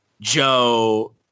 Joe